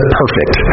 perfect